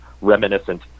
reminiscent